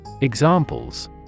Examples